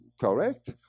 correct